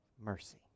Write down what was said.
mercy